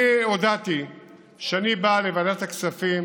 אני הודעתי שאני בא לוועדת הכספים